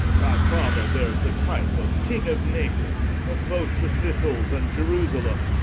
thy father beares the type of king of naples, of both the sicils, and ierusalem,